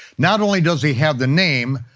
not only does he have the name,